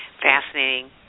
fascinating